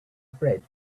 bread